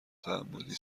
تعمدی